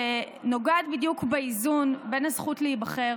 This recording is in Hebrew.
שנוגעת בדיוק באיזון בין הזכות להיבחר